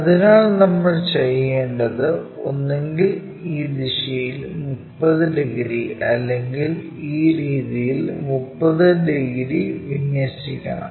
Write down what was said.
അതിനാൽ നമ്മൾ ചെയ്യേണ്ടത് ഒന്നുകിൽ ഈ ദിശയിൽ 30 ഡിഗ്രി അല്ലെങ്കിൽ ഈ രീതിയിൽ 30 ഡിഗ്രി വിന്യസിക്കണം